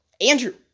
Andrew